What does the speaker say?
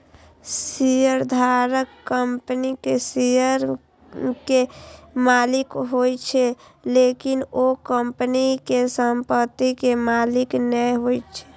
शेयरधारक कंपनीक शेयर के मालिक होइ छै, लेकिन ओ कंपनी के संपत्ति के मालिक नै होइ छै